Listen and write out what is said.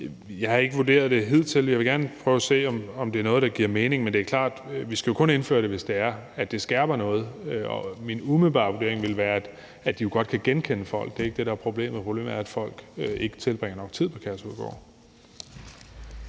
jeg ikke har vurderet det hidtil. Jeg vil gerne prøve at se, om det er noget, der giver mening, men det er klart, at vi kun skal indføre det, hvis det skærper noget. Og min umiddelbare vurdering ville være, at de jo godt kan genkende folk. Det er ikke det, der er problemet. Problemet er, at folk ikke tilbringer nok tid på Kærshovedgård.